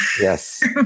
yes